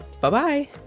Bye-bye